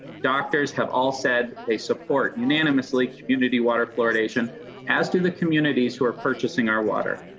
doctors have all said they support unanimously community water fluoridation as do the communities who are purchasing our water.